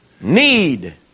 need